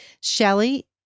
Shelly